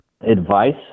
advice